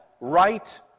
right